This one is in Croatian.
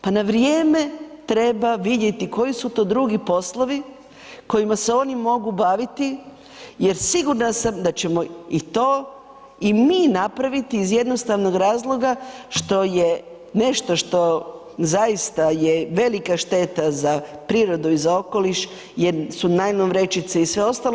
Pa na vrijeme treba vidjeti koji su to drugi poslovi kojima se oni mogu baviti jer sigurna sam da ćemo i to i mi napraviti iz jednostavnog razloga što je nešto što je zaista velika šteta za prirodu i okoliš su najlon vrećice i sve ostalo.